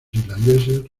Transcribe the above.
irlandeses